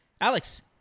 Alex